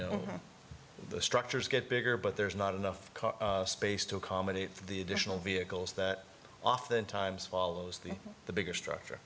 know the structures get bigger but there's not enough space to accommodate the additional vehicles that oftentimes follows the the bigger structure